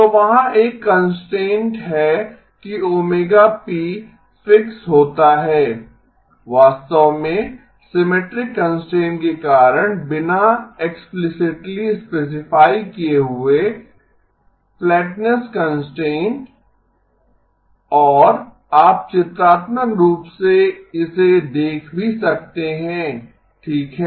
तो वहाँ एक कंस्ट्रेंट है कि ωp फिक्स होता है वास्तव में सिमेट्रिक कंस्ट्रेंट के कारण बिना एक्स्प्लीसिटली स्पेसिफाई किये हुए फ्लैटनेस कंस्ट्रेंट और आप चित्रात्मक रूप से इसे देख भी सकते हैं ठीक है